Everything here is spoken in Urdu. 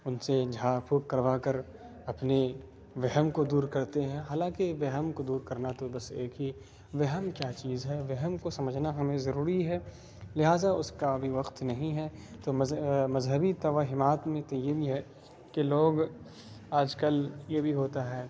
ان سے جھاڑ پھوک کروا کر اپنی وہم کو دور کرتے ہیں حالانکہ وہم کو دور کرنا تو بس ایک ہی وہم کیا چیز ہے وہم کو سمجھنا ہمیں ضروڑی ہے لہٰذا اس کا ابھی وقت نہیں ہے تو مذہبی توہمات میں تو یہ بھی ہے کہ لوگ آج کل یہ بھی ہوتا ہے